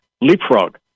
leapfrog